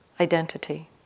identity